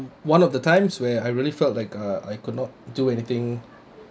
one of the times when I really felt like uh I could not do anything